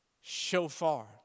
shofar